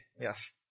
yes